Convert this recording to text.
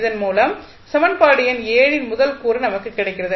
இதன் மூலம் சமன்பாடு எண் ன் முதல் கூறு நமக்கு கிடைக்கிறது